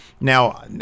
Now